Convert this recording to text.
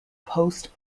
post